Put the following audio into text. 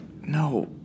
No